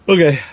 Okay